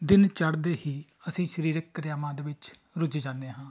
ਦਿਨ ਚੜ੍ਹਦੇ ਹੀ ਅਸੀਂ ਸਰੀਰਕ ਕਿਰਿਆਵਾਂ ਦੇ ਵਿੱਚ ਰੁੱਝ ਜਾਂਦੇ ਹਾਂ